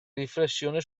riflessione